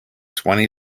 twenty